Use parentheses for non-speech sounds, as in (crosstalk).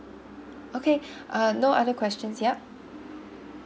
okay (breath) uh no other questions yup